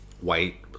White